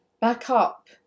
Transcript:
backup